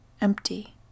Empty